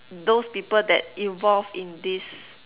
those people that involve in this